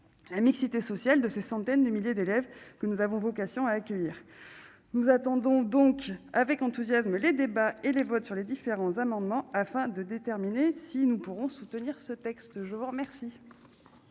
la mixité sociale de ces centaines de milliers d'élèves que nous avons vocation à accueillir, nous attendons donc avec enthousiasme les débats et les votes sur les différents amendements afin de déterminer si nous pourrons soutenir ce texte, je vous remercie.